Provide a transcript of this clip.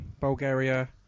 Bulgaria